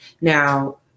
Now